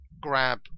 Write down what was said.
grab